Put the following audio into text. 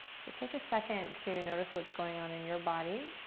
so take a second to notice what's going on in your body.